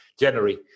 January